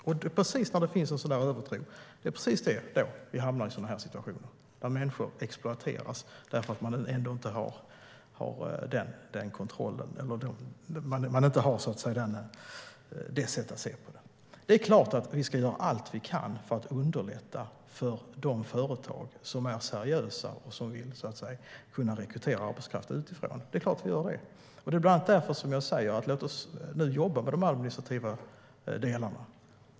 Det är precis när det finns en sådan övertro som vi hamnar i situationer där människor exploateras därför att man inte har kontroll eller ett sådant sätt att se på det. Det är klart att vi ska göra allt vi kan för att underlätta för de företag som är seriösa och som vill kunna rekrytera arbetskraft utifrån. Det är bland annat därför jag säger: Låt oss nu jobba med de administrativa delarna.